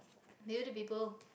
maybe the people